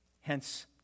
Hence